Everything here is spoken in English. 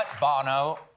Bono